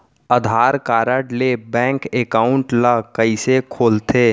आधार card ले bank account ल कइसे खोलथे?